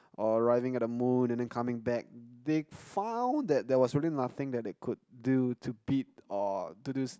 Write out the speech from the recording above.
or arriving at the moon and then coming back they found that there was really nothing that they could do to beat or to do